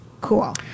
cool